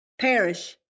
Perish